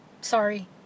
sorry